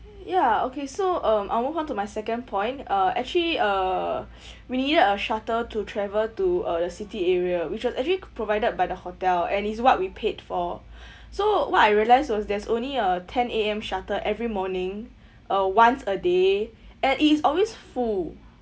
ya okay so um I'll move on to my second point uh actually uh we needed a shuttle to travel to uh the city area which was actually provided by the hotel and is what we paid for so what I realise was there's only a ten A_M shuttle every morning (hu) once a day and it is always full